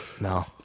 No